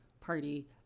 party